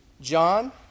John